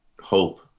hope